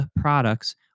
products